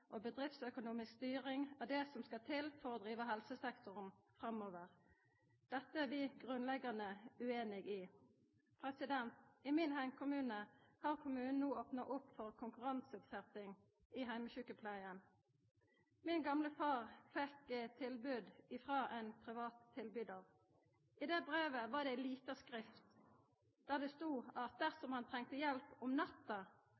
og bedriftsøkonomisk styring er det som skal til for å driva helsesektoren framover. Dette er vi grunnleggjande ueinig i. I min heimkommune har kommunen no opna opp for konkurranseutsetjing i heimesjukepleia. Min gamle far fekk tilbod frå ein privat tilbydar. I brevet stod det med lita skrift at dersom han trong hjelp om